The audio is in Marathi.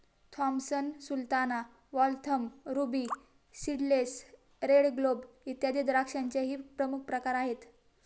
Thompson sultana, Waltham, ruby seedless, red globe, इत्यादी द्राक्षांचेही प्रमुख प्रकार आहेत